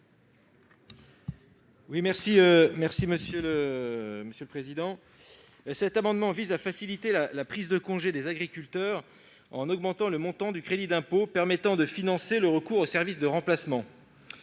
Guillaume Gontard. Cet amendement vise à faciliter la prise de congés des agriculteurs, en augmentant le montant du crédit d'impôt permettant de financer le recours au service de remplacement.